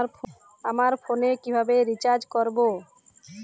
আমার ফোনে কিভাবে রিচার্জ করবো?